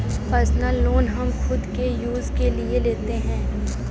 personal loan हम खुद के यूज के लिए लेते है